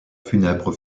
funèbre